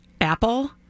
Apple